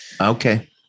Okay